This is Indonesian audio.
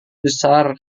besar